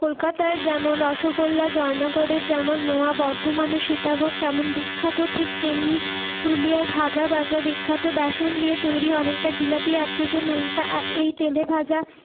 কলকাতায় যেমন রসগোল্লা জয়নগরে যেমন মোয়া বর্ধমানে সীতাভোগ তেমন বিখ্যাত ঠিক তেমনি পুরুলিয়ায় ভাভরা ভাজা বিখ্যাত বেসন দিয়ে তৈরি অনেকটা জিলাপি আকৃতির নোনতা এই তেলেভাজা